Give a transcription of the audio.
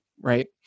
right